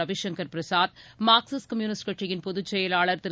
Ravishankar Prasad Marxist communist கட்சியின் பொதுச் செயலாளர் திரு